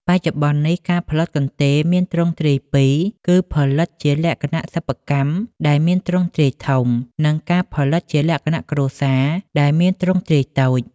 បច្ចុប្បន្ននេះ ការផលិតកន្ទេលមានទ្រង់ទ្រាយពីរ គឺផលិតជាលក្ខណៈសិប្បកម្ម ដែលមានទ្រង់ទ្រាយធំ និងការផលិតជាលក្ខណៈគ្រួសារដែលមានទ្រង់ទ្រាយតូច ។